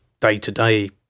day-to-day